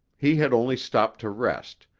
he had only stopped to rest,